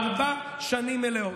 ארבע שנים מלאות.